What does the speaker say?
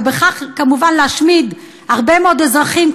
ובכך כמובן להשמיד הרבה מאוד אזרחים,